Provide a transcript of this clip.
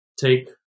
take